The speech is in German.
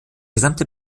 gesamte